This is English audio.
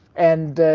and